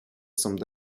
semble